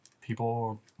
people